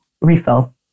refill